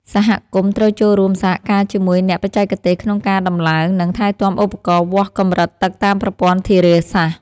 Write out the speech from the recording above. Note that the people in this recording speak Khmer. សហគមន៍ត្រូវចូលរួមសហការជាមួយអ្នកបច្ចេកទេសក្នុងការដំឡើង និងថែទាំឧបករណ៍វាស់កម្រិតទឹកតាមប្រព័ន្ធធារាសាស្ត្រ។